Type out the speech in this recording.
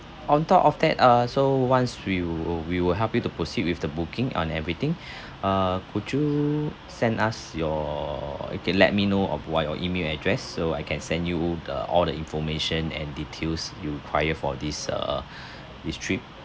on top of that uh so once we will we will help you to proceed with the booking on everything uh could you send us your you can let me know of what your email address so I can send you the all the information and details you require for this uh this trip